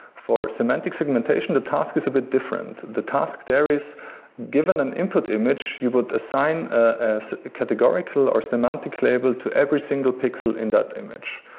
for semantic segmentation, the task is a bit different. the task there is given an input image, you would assign ah as categorical or semantic label to every single pixel in that image.